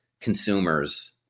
consumers